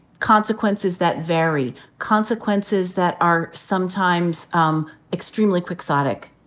consequences that vary, consequences that are sometimes um extremely quixotic.